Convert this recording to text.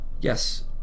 Yes